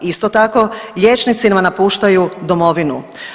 Isto tako liječnici nam napuštaju domovinu.